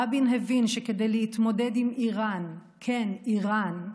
רבין הבין שכדי להתמודד עם איראן, כן, איראן,